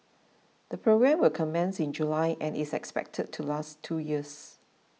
the programme will commence in July and is expected to last two years